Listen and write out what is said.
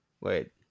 Wait